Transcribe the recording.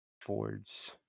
Fords